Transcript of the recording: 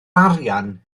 arian